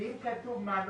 שאם כתוב מעלון,